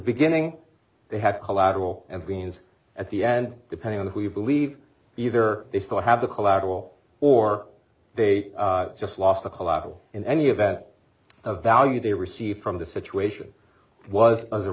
beginning they have collateral and means at the end depending on who you believe either they still have the collateral or they just lost the collateral in any event the value they received from the situation was a